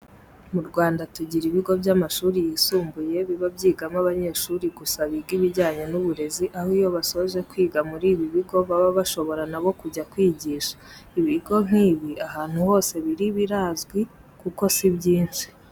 Mu Rwanda tugira ibigo by'amashuri yisumbuye biba byigamo abanyeshuri gusa biga ibijyanye n'uburezi, aho iyo basoje kwiga muri ibi bigo baba bashobora na bo kujya kwigisha. Ibigo nk'ibi ahantu hose biri birazwi kuko si byinshi.